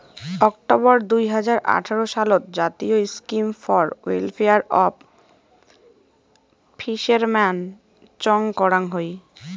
October দুই হাজার আঠারো সালত জাতীয় scheme for welfare of fishermen চং করং হই